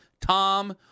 Tom